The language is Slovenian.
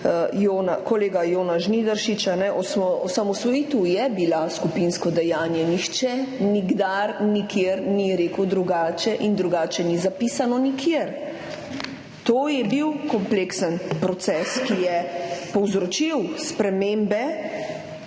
kolega Jonas Žnidaršič, osamosvojitev je bila skupinsko dejanje, nihče nikdar nikjer ni rekel drugače in drugače ni zapisano nikjer. To je bil kompleksen proces, ki je povzročil spremembe